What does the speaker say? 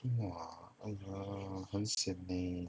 !wah! !eeyer! 很 sian leh